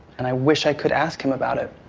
and i wish i could ask him about it.